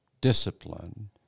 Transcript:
discipline